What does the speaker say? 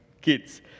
kids